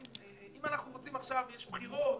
אם אנחנו רוצים עכשיו, יש בחירות.